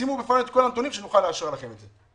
שימו בפרונט את כל הנתונים כדי שנוכל לאשר לכם את זה.